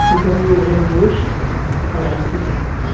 chicken rogan josh karahi chicken